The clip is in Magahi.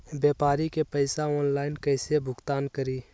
व्यापारी के पैसा ऑनलाइन कईसे भुगतान करी?